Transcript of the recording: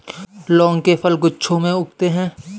लौंग के फल गुच्छों में उगते हैं